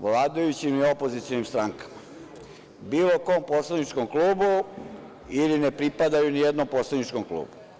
vladajućoj ili opozicionim strankama, bilo kom poslaničkom klubu ili ne pripadaju nijednom poslaničkom klubu.